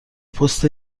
پست